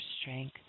strength